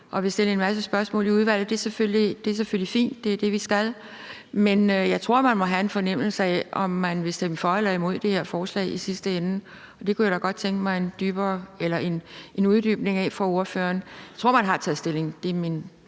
og vil stille en masse spørgsmål til i udvalget. Det er selvfølgelig fint. Det er det, vi skal. Men jeg tror, at man må have en fornemmelse af, om man vil stemme for eller imod det her forslag i sidste ende. Det kunne jeg da godt tænke mig en uddybning af fra ordføreren. Jeg tror, at man har taget stilling